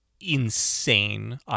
insane